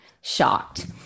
shocked